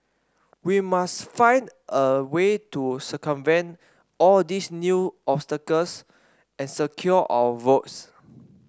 we must find a way to circumvent all these new obstacles and secure our votes